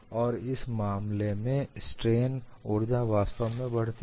और इस मामले में स्ट्रेन ऊर्जा वास्तव में बढ़ती है